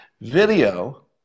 Video